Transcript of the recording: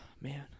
man